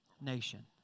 nation